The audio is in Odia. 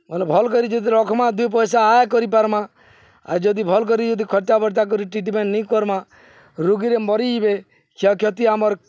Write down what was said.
ମାନେ ଭଲ୍ କରି ଯଦି ରଖମା ଦୁଇ ପଇସା ଆୟ କରିପାର୍ମା ଆଉ ଯଦି ଭଲ୍ କରି ଯଦି ଖର୍ଚ୍ଚାବର୍ତ୍ତା କରି ଟ୍ରିଟମେଣ୍ଟ ନି କର୍ମା ରୁଗରେ ମରିଯିବେ କ୍ଷୟକ୍ଷତି ଆମର୍